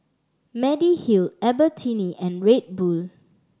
Mediheal Albertini and Red Bull